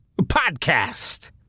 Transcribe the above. podcast